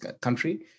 country